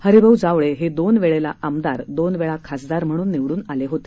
हरिभाऊ जावळे हे दोन वेळेस आमदार दोन वेळा खासदार म्हणून निवडून आले होते